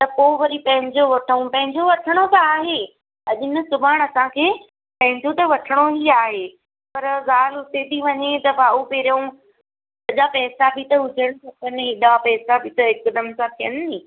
त पोइ वरी पंहिंजो वठूं पंहिंजो वठिणो त आहे अॼु न सुभाणे असांखे पंहिंजो त वठिणो ई आहे पर ॻाल्हि हुते थी वञे त भाऊ पहिरियों हेॾा पैसा बि हुजणु खपनि हेॾा पैसा बि त हिकदमि सां थियनि